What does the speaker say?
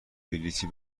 بلیطی